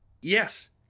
Yes